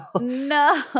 No